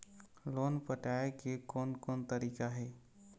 Loan पटाए के कोन कोन तरीका हे?